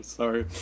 sorry